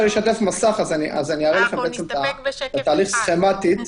נסתפק בשקף אחד.